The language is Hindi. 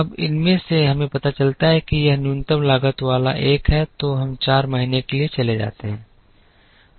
अब इनमें से हमें पता चलता है कि यह न्यूनतम लागत वाला एक है तो हम चार महीने के लिए चले जाते हैं